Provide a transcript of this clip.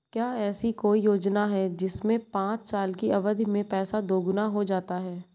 क्या ऐसी कोई योजना है जिसमें पाँच साल की अवधि में पैसा दोगुना हो जाता है?